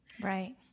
Right